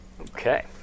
Okay